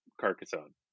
carcassonne